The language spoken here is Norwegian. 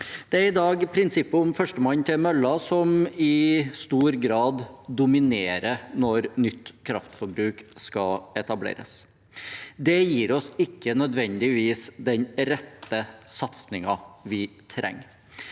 Det er i dag prinsippet om førstemann til mølla som i stor grad dominerer når nytt kraftforbruk skal etableres. Det gir oss ikke nødvendigvis den rette satsingen vi trenger.